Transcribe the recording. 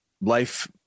life